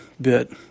bit